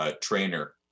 Trainer